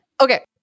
okay